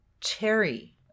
cherry